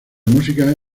música